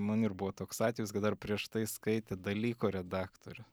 man ir buvo toks atvejis kad dar prieš tai skaitė dalyko redaktorius